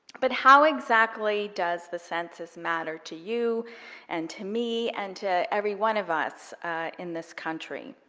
but how exactly does the census matter to you and to me and to every one of us in this country?